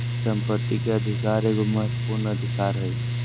संपत्ति के अधिकार एगो महत्वपूर्ण अधिकार हइ